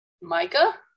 Micah